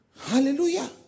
Hallelujah